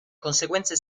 conseguenze